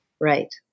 Right